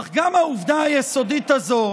אך גם העובדה היסודית הזאת,